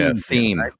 theme